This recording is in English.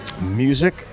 music